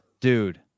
Dude